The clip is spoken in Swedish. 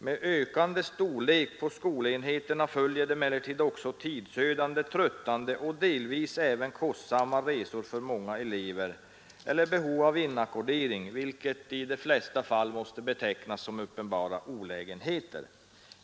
Med ökande storlek på skolenheterna följer emellertid också tidsödande, tröttande och delvis även kostsamma resor för många elever eller behov av inackordering, vilket i de flesta fall måste betecknas som uppenbara olägenheter.